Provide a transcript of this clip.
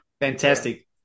fantastic